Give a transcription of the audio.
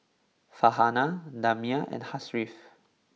Farhanah Damia and Hasif